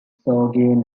saugeen